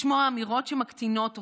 לשמוע אמירות שמקטינות אותך,